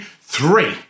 three